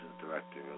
Director